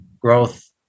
growth